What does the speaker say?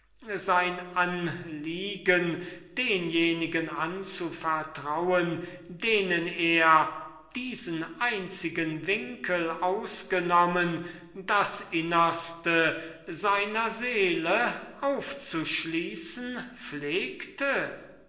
sein anliegen denjenigen anzuvertrauen denen er diesen einzigen winkel ausgenommen das innerste seiner seele aufzuschließen